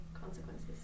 consequences